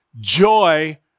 joy